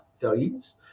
values